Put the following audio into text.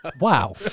wow